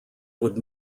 would